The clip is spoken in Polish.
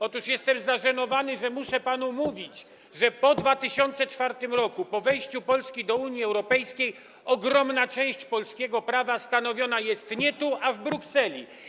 Otóż jestem zażenowany, że muszę panu mówić, że po 2004 r., po wejściu Polski do Unii Europejskiej, ogromna część polskiego prawa stanowiona jest nie tu, a w Brukseli.